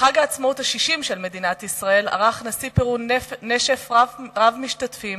בחג העצמאות ה-60 של מדינת ישראל ערך נשיא פרו נשף רב משתתפים